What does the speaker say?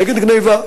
נגיד גנבה: